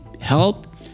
help